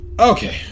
Okay